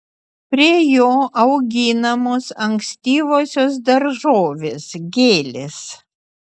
prie jo auginamos ankstyvosios daržovės gėlės